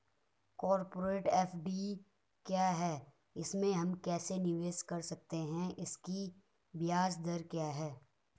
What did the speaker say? Corporate FD क्या है इसमें हम कैसे निवेश कर सकते हैं इसकी ब्याज दर क्या है?